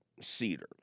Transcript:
cedar